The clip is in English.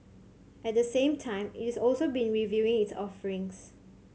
at the same time it is also been reviewing its offerings